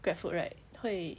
grab food right 会